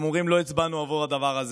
הם אומרים: לא הצבענו עבור את הדבר הזה.